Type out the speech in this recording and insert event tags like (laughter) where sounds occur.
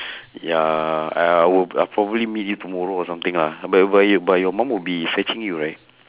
(breath) ya I I would I'll probably meet you tomorrow or something lah but y~ but y~ but your mum will be fetching you right